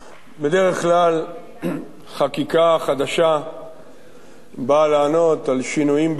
בדרך כלל חקיקה חדשה באה לענות על שינויים בחברה,